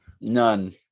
None